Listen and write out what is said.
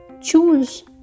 choose